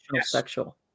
sexual